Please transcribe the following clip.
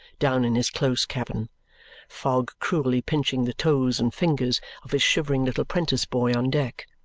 down in his close cabin fog cruelly pinching the toes and fingers of his shivering little prentice boy on deck.